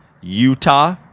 Utah